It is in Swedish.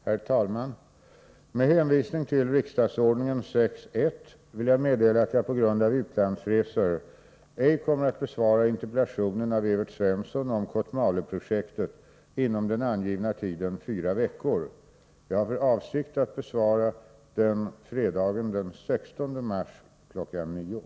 Herr talman! Med hänvisning till riksdagsordningen 6 kap. 1§ vill jag meddela att jag på grund av utlandsresor ej kommer att besvara interpellationen av Evert Svensson om Kotmale-projektet inom den angivna tiden fyra veckor. Jag har för avsikt att besvara interpellationen fredagen den 16 mars kl. 9.00.